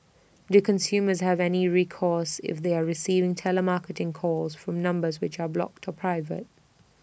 do consumers have any recourse if they are receiving telemarketing calls from numbers which are blocked or private